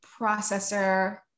processor